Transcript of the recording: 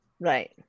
Right